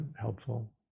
helpful